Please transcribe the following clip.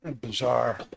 Bizarre